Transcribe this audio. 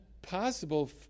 Possible